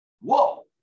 Whoa